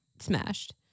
smashed